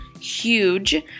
huge